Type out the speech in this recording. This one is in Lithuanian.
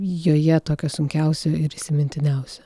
joje tokio sunkiausio ir įsimintiniausio